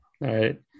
right